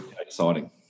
Exciting